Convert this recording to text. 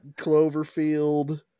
Cloverfield